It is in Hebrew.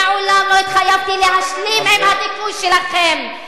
מעולם לא התחייבתי להסכים עם הדיכוי שלכם.